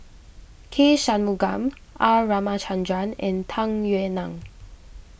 K Shanmugam R Ramachandran and Tung Yue Nang